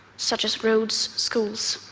such as roads, schools,